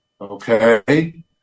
Okay